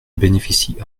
bénéficient